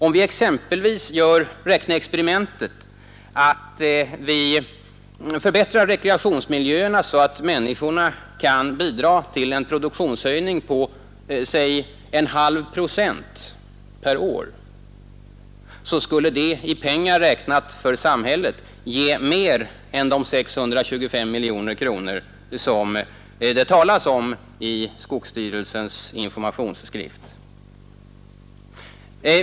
Om vi exempelvis gör det räkneexperimentet att vi förbättrar rekreationsmiljöerna så att människorna kan bidra till en produktionshöjning på säg en halv procent per år, så skulle det i pengar räknat för samhället ge mer än de 625 miljoner kronor som det talas om i skogsstyrelsens informationsskrift.